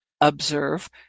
observe